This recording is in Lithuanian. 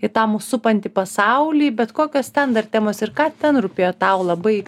į tą mus supantį pasaulį bet kokios ten dar temos ir ką ten rūpėjo tau labai